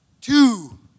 two